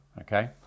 okay